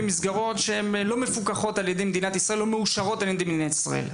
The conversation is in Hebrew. במסגרות שלא מפוקחות ולא מאושרות על ידי מדינת ישראל,